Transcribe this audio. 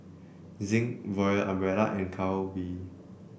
Zinc Royal Umbrella and Calbee